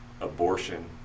abortion